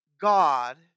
God